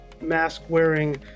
mask-wearing